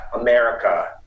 America